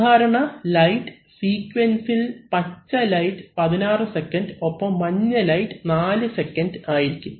സാധാരണ ലൈറ്റ് സീക്വൻസിൽ പച്ച ലൈറ്റ് 16 സെക്കൻഡ് ഒപ്പം മഞ്ഞ ലൈറ്റ് 4 സെക്കൻഡ് ആയിരിക്കും